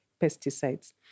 pesticides